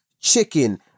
chicken